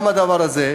גם הדבר הזה,